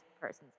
person's